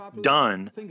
done